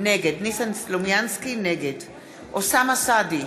נגד אוסאמה סעדי,